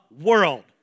world